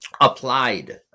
applied